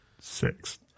Six